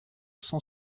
cent